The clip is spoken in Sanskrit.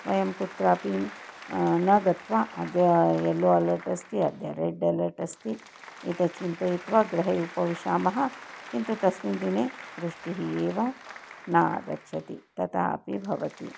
वयं कुत्रापि न गत्वा अद्य येल्लो अलर्ट् अस्ति अद्य रेड् अलर्ट् अस्ति एतत् चिन्तयित्वा गृहे उपविशामः किन्तु तस्मिन् दिने वृष्टिः एव न आगच्छति तता अपि भवति